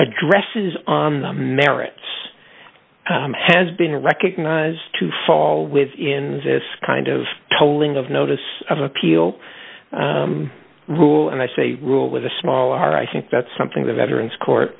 addresses on the merits has been recognized to fall within this kind of tolling of notice of appeal rule and i say rule with a small r i think that's something the veterans court